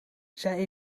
zij